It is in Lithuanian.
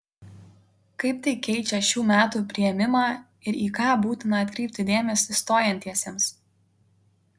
kaip tai keičią šių metų priėmimą ir į ką būtina atkreipti dėmesį stojantiesiems